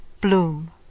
Bloom